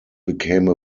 became